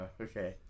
okay